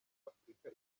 afurika